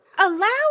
Allow